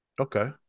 Okay